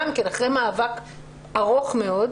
גם כן אחרי מאבק ארוך מאוד,